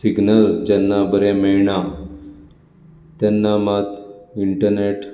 signal जेन्ना बरें मेळना तेन्ना मात इंटरनेट